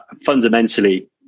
fundamentally